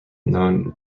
known